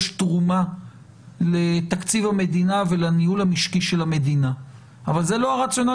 יש תרומה לתקציב המדינה ולניהול המשקי של המדינה אבל זה לא הרציונל